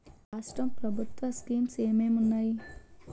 రాష్ట్రం ప్రభుత్వ స్కీమ్స్ ఎం ఎం ఉన్నాయి?